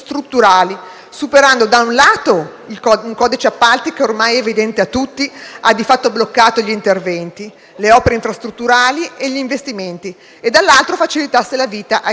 superando il codice degli appalti, che - ormai è evidente a tutti - ha di fatto bloccato gli interventi, le opere infrastrutturali e gli investimenti, e dall'altro facilitando la vita ai cittadini.